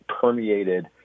permeated